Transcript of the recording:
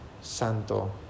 Santo